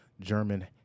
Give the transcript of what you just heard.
German